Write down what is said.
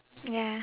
ya